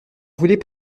voulait